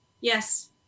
Yes